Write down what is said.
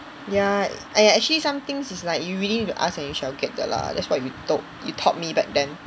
ya !aiya! actually some things it's like you really need to ask and you shall get 的 lah that's what you told you taught me back then